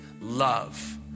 love